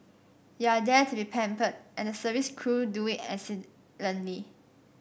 you are there to be pampered and the service crew do it